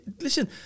listen